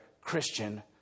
Christian